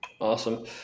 Awesome